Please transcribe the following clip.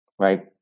right